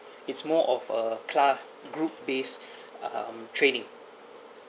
it's more of a cla~ group based uh um training